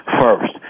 first